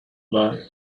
bar